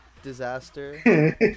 disaster